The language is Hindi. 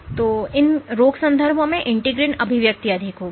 तो यह होगा कि इन रोग संदर्भों में इंटीग्रिन अभिव्यक्ति अधिक होगी